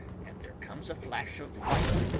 and there comes a flash of light,